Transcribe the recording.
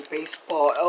Baseball